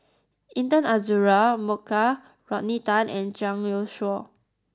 Intan Azura Mokhtar Rodney Tan and Zhang Youshuo